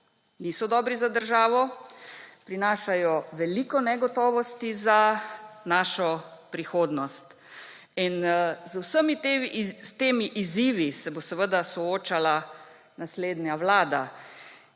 Niso dobri za državo. Prinašajo veliko negotovosti za našo prihodnost in z vsemi temi izzivi se bo seveda soočala naslednja vlada.